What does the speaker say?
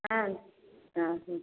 ହଁ ଅ ହ